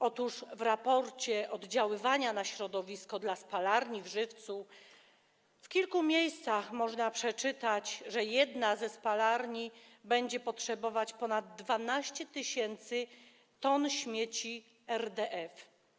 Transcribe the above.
Otóż w raporcie oddziaływania na środowisko dla spalarni w Żywcu w kilku miejscach można przeczytać, że jedna ze spalarni będzie potrzebować ponad 12 tys. t śmieci RDF.